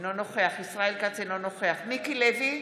אינו נוכח ישראל כץ, אינו נוכח מיקי לוי,